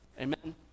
Amen